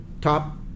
top